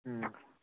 ꯎꯝ